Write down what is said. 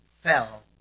fell